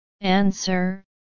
Answer